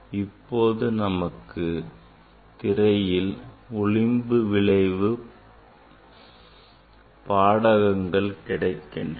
இப்போது நமக்கு திரையில் விளிம்பு விளைவு பாடகங்கள் கிடைக்கின்றன